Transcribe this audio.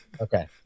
Okay